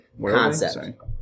concept